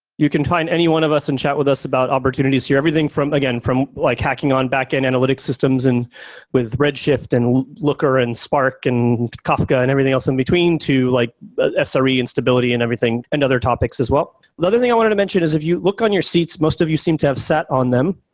you can find any one of us and chat with us about opportunities here, everything from again, from like hacking on back in analytics systems and with redshift and looker and spark and kafka and everything else in between, to like ah sre and stability and stability and everything, and other topics as well another thing i wanted to mention is if you look on your seats, most of you seem to have sat on them.